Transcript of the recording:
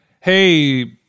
Hey